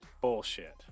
bullshit